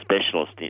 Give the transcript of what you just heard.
specialist